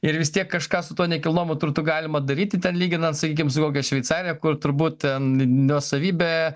ir vis tiek kažką su tuo nekilnojamu turtu galima daryti ten lyginant sakykim su kokia šveicarija kur turbūt ten nuosavybė